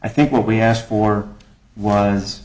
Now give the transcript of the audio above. i think what we asked for was